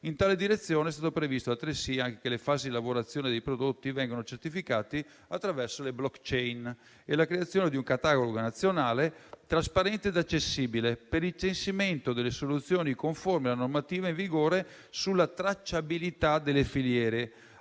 In tale direzione è stato previsto altresì che le fasi di lavorazione dei prodotti vengano certificate attraverso le *blockchain* e la creazione di un catalogo nazionale trasparente ed accessibile, per il censimento delle soluzioni conformi alla normativa in vigore sulla tracciabilità delle filiere,